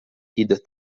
kid